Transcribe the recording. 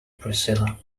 priscilla